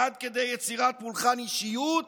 עד כדי יצירת פולחן אישיות